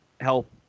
help